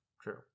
True